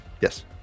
Yes